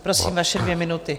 Prosím, vaše dvě minuty.